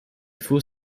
faut